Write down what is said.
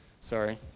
sorry